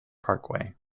parkway